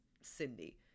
Cindy